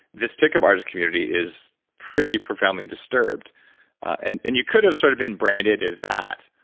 this pickup artist community is pretty profoundly disturbed and and you could've sort of been branded as that,